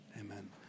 Amen